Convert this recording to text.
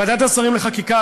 ועדת השרים לחקיקה,